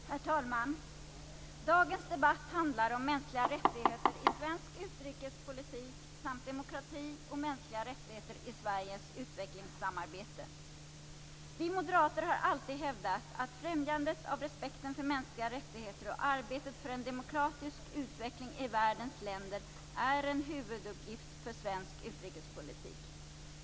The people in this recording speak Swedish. Herr talman! Dagens debatt handlar om mänskliga rättigheter i svensk utrikespolitik samt om demokrati och mänskliga rättigheter i Sveriges utvecklingssamarbete. Vi moderater har alltid hävdat att främjandet av respekten för mänskliga rättigheter och arbetet för en demokratisk utveckling i världens länder är en huvuduppgift för svensk utrikespolitik.